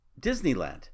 Disneyland